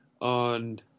on